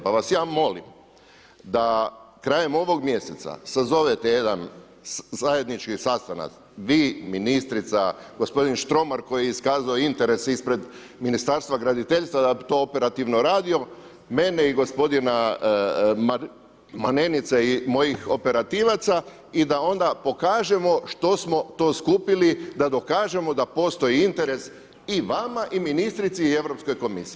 Pa vas ja molim, da krajem ovog mjeseca sazovete jedan zajednički sastanak, vi, ministrica, gospodin Štromar koji je iskazao interes ispred Ministarstva graditeljstva da bi to operativno radio, mene i gospodina Manenice i mojih operativaca i da onda pokažemo što smo to skupili da dokažemo da postoji interes i vama i ministrici i Europskoj komisiji.